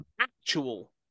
actual